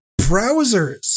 browsers